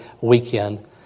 weekend